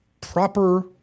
proper